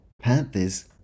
Panthers